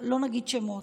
לא נגיד שמות.